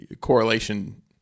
correlation